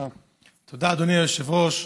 תודה, אדוני היושב-ראש,